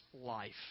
life